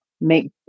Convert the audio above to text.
make